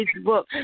Facebook